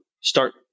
start